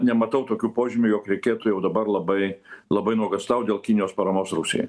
nematau tokių požymių jog reikėtų jau dabar labai labai nuogąstaut dėl kinijos paramos rusijai